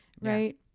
right